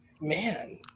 Man